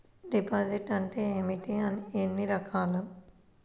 Deposit అంటే ఏమిటీ ఎన్ని రకాలు?